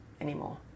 anymore